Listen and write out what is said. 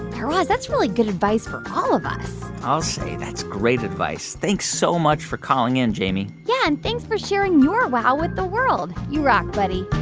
yeah raz, that's really good advice for all of us i'll say. that's great advice. thanks so much for calling in, jamie yeah. and thanks for sharing your wow with the world. you rock, buddy